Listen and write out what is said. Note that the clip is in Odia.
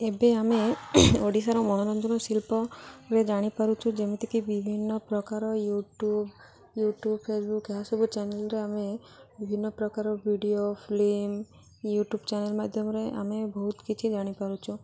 ଏବେ ଆମେ ଓଡ଼ିଶାର ମନୋରଞ୍ଜନ ଶିଳ୍ପରେ ଜାଣିପାରୁଛୁ ଯେମିତିକି ବିଭିନ୍ନ ପ୍ରକାର ୟୁଟ୍ୟୁବ୍ ୟୁଟ୍ୟୁବ୍ ଫେସବୁକ୍ ଏହାସବୁ ଚ୍ୟାନେଲ୍ରେ ଆମେ ବିଭିନ୍ନ ପ୍ରକାର ଭିଡ଼ିଓ ଫିଲ୍ମ ୟୁଟ୍ୟୁବ୍ ଚ୍ୟାନେଲ୍ ମାଧ୍ୟମରେ ଆମେ ବହୁତ କିଛି ଜାଣିପାରୁଛୁ